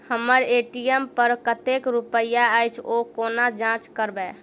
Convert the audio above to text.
हम्मर ए.टी.एम पर कतेक रुपया अछि, ओ कोना जाँच करबै?